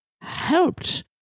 helped